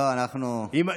ההתרגשות,